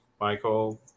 Michael